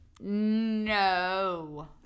No